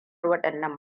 waɗannan